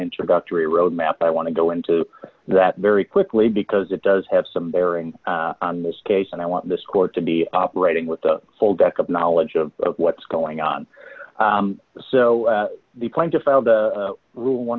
introductory roadmap i want to go into that very quickly because it does have some bearing on this case and i want this court to be operating with a full deck of knowledge of what's going on